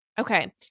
Okay